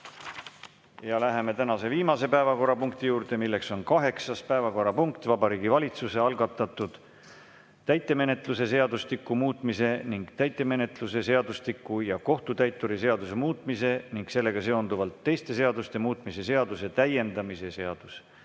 16. Läheme tänase viimase päevakorrapunkti juurde: kaheksas päevakorrapunkt ehk Vabariigi Valitsuse algatatud täitemenetluse seadustiku muutmise ning täitemenetluse seadustiku ja kohtutäituri seaduse muutmise ning sellega seonduvalt teiste seaduste muutmise seaduse täiendamise seaduse